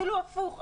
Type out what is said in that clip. אפילו הפוך,